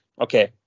okay